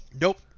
Nope